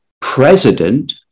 president